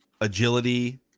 agility